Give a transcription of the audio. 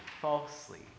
falsely